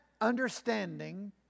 understanding